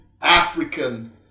african